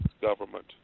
government